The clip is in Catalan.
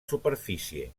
superfície